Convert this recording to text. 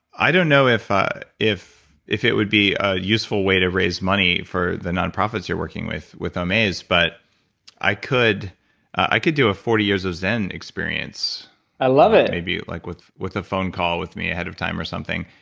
i don't know if ah if it would be a useful way to raise money for the nonprofits you're working with, with omaze, but i could i could do a forty years of zen experience i love it maybe like with with a phone call with me ahead of time or something.